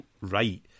right